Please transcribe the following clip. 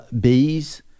bees